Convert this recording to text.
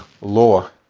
law